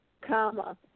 comma